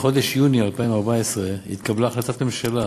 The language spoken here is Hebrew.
בחודש יוני 2014 התקבלה החלטת הממשלה